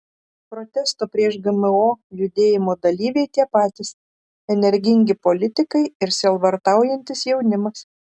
protesto prieš gmo judėjimo dalyviai tie patys energingi politikai ir sielvartaujantis jaunimas